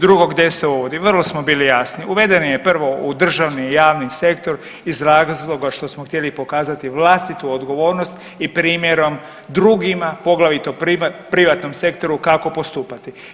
Drugo, gdje se uvodi, vrlo smo bili jasni uveden je prvo u državni i javni sektor iz razloga što smo htjeli pokazati vlastitu odgovornost i primjerom drugima poglavito privatnom sektoru kako postupati.